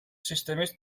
სისტემის